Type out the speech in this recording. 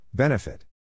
Benefit